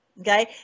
Okay